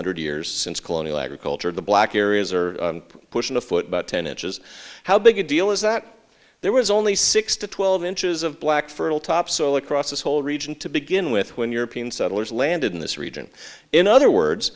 hundred years since colonial agriculture the black areas are pushing a foot but ten inches how big a deal is that there was only six to twelve inches of black fertile topsoil across this whole region to begin with when european settlers landed in this region in other words